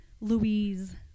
Louise